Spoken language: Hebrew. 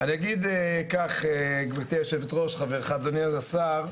אני אגיד כך גבירתי היושבת-ראש, אדוני השר,